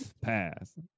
Pass